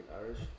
Irish